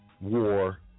war